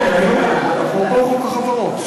כן, בהצעת חוק החברות.